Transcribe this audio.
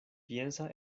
piensa